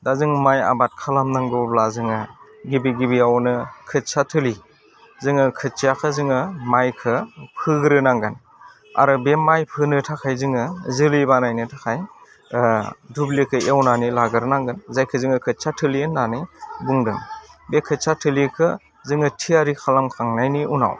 दा जों माय आबाद खालामनांगौब्ला जोङो गिबि गिबियावनो खोथिया थोलि जोङो खोथियाखौ जोङो मायखो फोग्रोनांगोन आरो बे माय फोनो थाखाय जोङो जोलै बानायनो थाखाय दुब्लिखौ एवनानै लाग्रो नांगोन जायखौ जोङो खोथिया थोलि होन्नानै बुंदों बे खोथिया थोलिखौ जोङो थियारि खालामखांनायनि उनाव